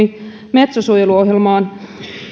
metso suojeluohjelmaan